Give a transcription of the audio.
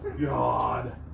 God